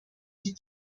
die